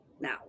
now